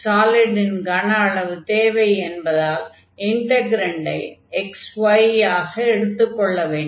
சாலிடின் கன அளவு தேவை என்பதால் இன்டக்ரன்டை xy ஆக எடுத்துக் கொள்ள வேண்டும்